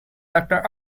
doctor